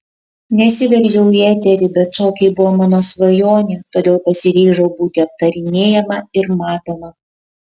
nesiveržiau į eterį bet šokiai buvo mano svajonė todėl pasiryžau būti aptarinėjama ir matoma